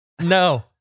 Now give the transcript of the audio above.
No